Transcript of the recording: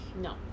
No